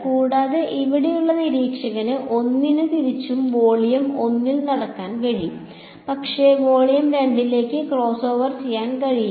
കൂടാതെ ഇവിടെയുള്ള നിരീക്ഷകന് 1 ന് തിരിച്ചും വോളിയം 1 ൽ നടക്കാൻ കഴിയും പക്ഷേ വോളിയം 2 ലേക്ക് ക്രോസ്ഓവർ ചെയ്യാൻ കഴിയില്ല